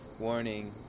warning